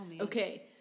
okay